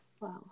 Wow